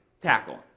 Tackle